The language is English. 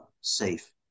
safe